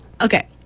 Okay